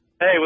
Hey